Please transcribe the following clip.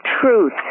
truth